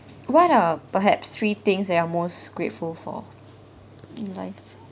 what are perhaps three things that you are most grateful for in life